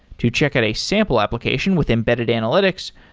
to check out a sample application with embedded analytics,